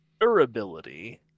durability